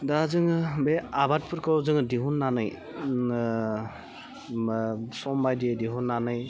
दा जोङो बे आबादफोरखौ जोङो दिहुन्नानै सम बायदियै दिहुन्नानै